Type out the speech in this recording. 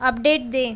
update they